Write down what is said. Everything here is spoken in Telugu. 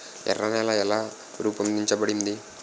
ఎర్ర నేల ఎలా రూపొందించబడింది?